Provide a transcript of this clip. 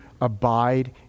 abide